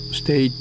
stay